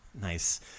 Nice